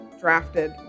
drafted